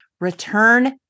Return